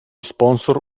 sponsor